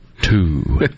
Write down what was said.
two